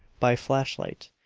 by flashlight,